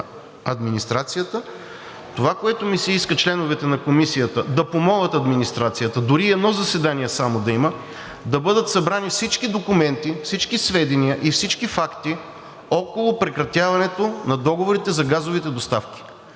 администрацията. Това, което ми се иска, членовете на Комисията да помолят администрацията, дори и едно заседание само да има, да бъдат събрани всички документи, всички сведения и всички факти около прекратяването на договорите за газовите доставки.